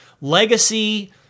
legacy